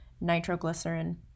nitroglycerin